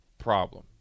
problem